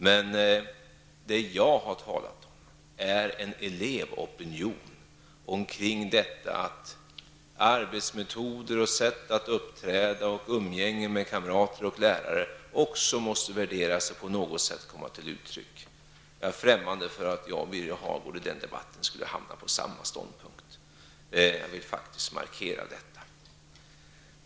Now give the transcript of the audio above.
Men det som jag har talat om är en elevopinion om att arbetsmetoder, sätt att uppträda, umgänge med kamrater och lärare också måste värderas och på något sätt komma till uttryck. Jag är främmande för att jag och Birger Hagård i den debatten skulle hamna på samma ståndpunkt. Jag vill faktiskt markera detta.